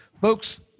Folks